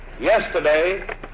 Yesterday